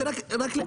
זה רק לציין.